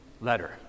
letter